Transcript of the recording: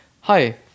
hi